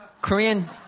Korean